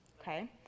okay